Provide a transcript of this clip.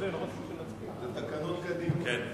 בסדר.